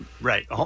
Right